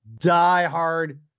diehard